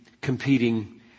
competing